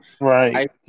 Right